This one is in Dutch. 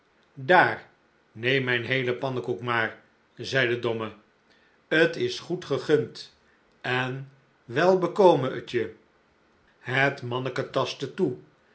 daar neem mijn heelen pannekoek maar zei de domme t is goed gegund en wel bekome t je het manneken tastte toe